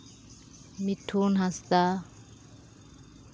Mithun Hansda